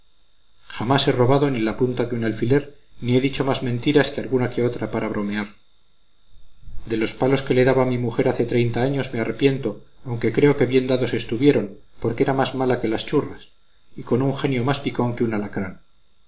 jamás he robado ni la punta de un alfiler ni he dicho más mentiras que alguna que otra para bromear de los palos que le daba a mi mujer hace treinta años me arrepiento aunque creo que bien dados estuvieron porque era más mala que las churras y con un genio más picón que un alacrán